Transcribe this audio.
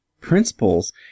principles